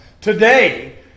Today